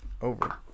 over